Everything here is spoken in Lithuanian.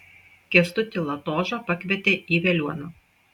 kęstutį latožą pakvietė į veliuoną